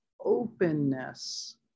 openness